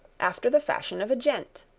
after the fashion of a gent.